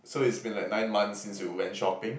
so it's been like nine months since you went shopping